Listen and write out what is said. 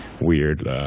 weird